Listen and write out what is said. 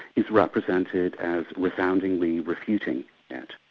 is represented as resoundingly refuting it.